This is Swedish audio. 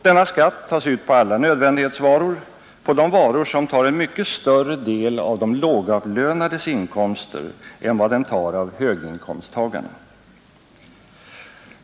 Denna skatt tas ut på alla nödvändighetsvaror, på de varor som tar en mycket större del av de lågavlönades inkomster än vad de tar av höginkomsttagarnas.